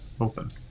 open